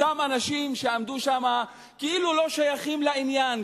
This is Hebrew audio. אותם אנשים עמדו שם כאילו לא שייכים לעניין,